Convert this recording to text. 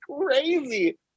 crazy